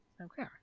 Okay